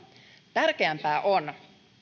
tärkeämpää on